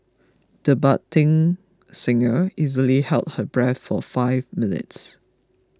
the budding singer easily held her breath for five minutes